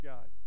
God